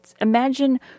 Imagine